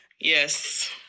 Yes